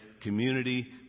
community